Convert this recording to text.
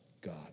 god